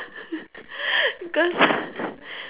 cos